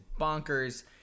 bonkers